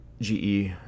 GE